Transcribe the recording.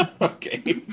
Okay